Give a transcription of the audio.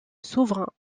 souverain